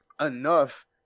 enough